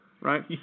Right